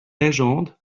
légende